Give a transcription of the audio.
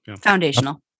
foundational